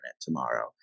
tomorrow